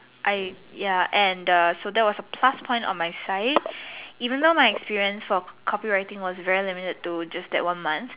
I ya and err so that was a plus point on my side even though my experience for copy writing was very limited to just that one month